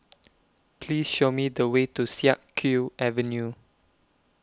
Please Show Me The Way to Siak Kew Avenue